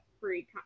free